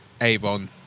Avon